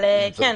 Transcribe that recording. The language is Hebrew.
אבל כן,